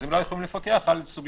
אז הם לא היו יכולים לפקח על סוגיות